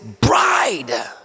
bride